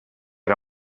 era